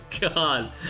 God